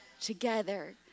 together